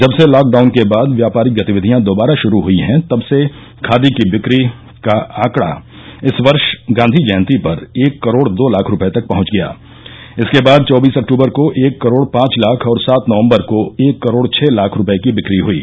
जब से लॉकडाउन के बाद व्यापारिक गतिविधियां दोबारा शुरू हई हैं तबसे खादी की बिक्री का आंकडा इस वर्ष गांधी जयती पर एक करोड दो लाख रुपये तक पहच गया इसके बाद चौबीस अक्टबर को एक करोड पांच लाख और सात नवंबर को एक करोड छह लाख रूपये की बिक्री हई